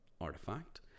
artifact